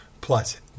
plus